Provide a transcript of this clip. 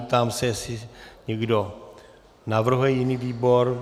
Ptám se, jestli někdo navrhuje jiný výbor.